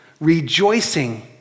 rejoicing